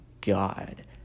god